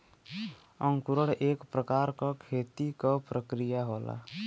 अंकुरण एक प्रकार क खेती क प्रक्रिया होला